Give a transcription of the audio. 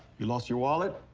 you lost your wallet?